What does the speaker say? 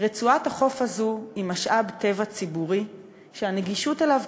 רצועת החוף הזאת היא משאב טבע ציבורי שהגישה אליו,